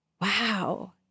wow